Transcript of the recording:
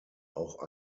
auch